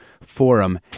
forum